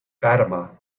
fatima